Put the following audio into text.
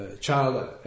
child